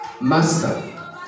master